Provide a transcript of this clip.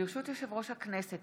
ברשות יושב-ראש הכנסת,